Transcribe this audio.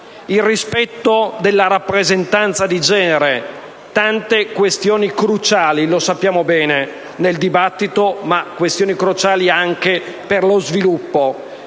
del rispetto della rappresentanza di genere: tante questioni cruciali - lo sappiamo bene - nel dibattito, ma anche per lo sviluppo